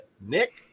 Nick